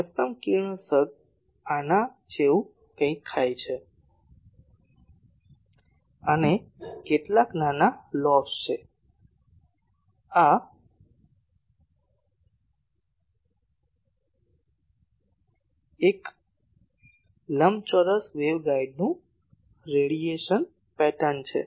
મહત્તમ કિરણોત્સર્ગ આના જેવું કંઈક થાય છે અને કેટલાક નાના લોબ્સ છે આ એક લંબચોરસ વેવગાઇડનું રેડિયેશન પેટર્ન છે